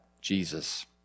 Jesus